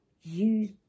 use